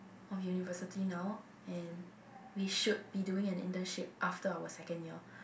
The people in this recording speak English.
of university now and we should be doing an internship after our second year